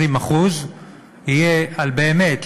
20% יהיה על באמת,